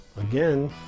again